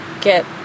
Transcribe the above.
get